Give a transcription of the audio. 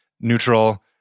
neutral